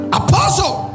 apostle